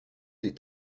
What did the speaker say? des